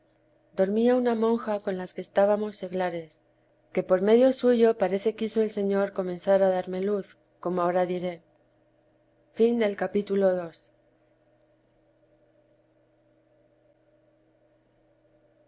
dormía una monja con las que estábamos seglares que por medio suyo parece quiso el señor comenzar a darme luz como ahora diré capitulo iii